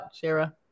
Shira